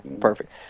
Perfect